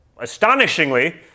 astonishingly